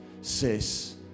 says